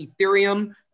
Ethereum